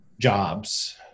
jobs